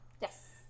Yes